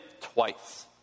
twice